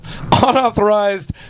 unauthorized